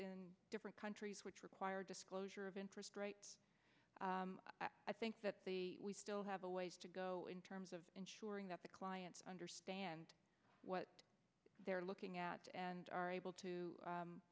in different countries which require disclosure of interest i think that we still have a ways to go in terms of ensuring that the clients understand what they're looking at and are able to